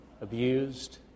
abused